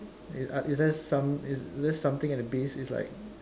is uh is there is there something at the base is like